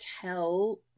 tell